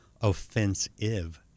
offensive